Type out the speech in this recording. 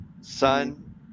son